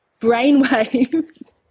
brainwaves